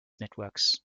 networks